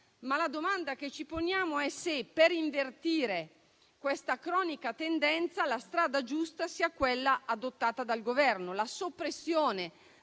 La domanda che ci poniamo però è se, per invertire questa tendenza cronica, la strada giusta sia quella adottata dal Governo. La soppressione